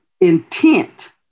intent